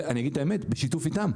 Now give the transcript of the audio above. ואני אגיד את האמת בשיתוף איתם.